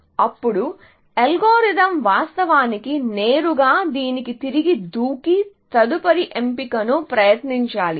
అప్పుడు అల్గోరిథం వాస్తవానికి నేరుగా దీనికి తిరిగి దూకి తదుపరి ఎంపికను ప్రయత్నించాలి